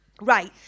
Right